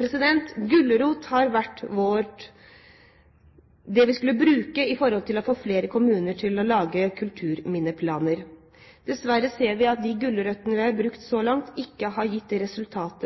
Vi har brukt «gulrot» som strategi for å få flere kommuner til å lage kulturminneplaner. Dessverre ser vi at de gulrøttene vi har brukt så langt, ikke har gitt det ønskede